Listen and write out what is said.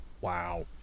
Wow